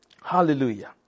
Hallelujah